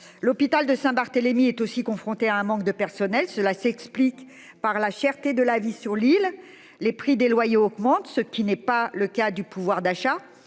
L'hôpital de Saint Barthélémy est aussi confronté à un manque de personnel. Cela s'explique par la cherté de la vie sur l'île. Les prix des loyers augmentent, ce qui n'est pas le cas du pouvoir d'achat